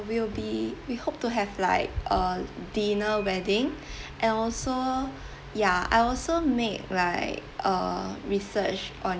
we'll be we hope to have like a dinner wedding and also ya I also make like a research on